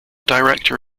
director